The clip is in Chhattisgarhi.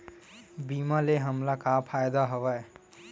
बीमा ले हमला का फ़ायदा हवय?